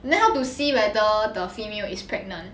then how to see whether the female is pregnant